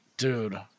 Dude